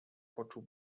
poczuł